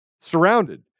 surrounded